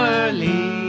early